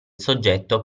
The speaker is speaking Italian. soggetto